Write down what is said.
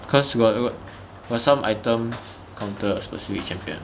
cause got what got some item counter a specific champion